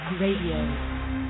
Radio